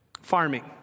Farming